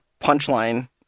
punchline